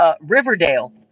Riverdale